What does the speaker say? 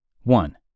One